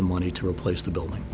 the money to replace the building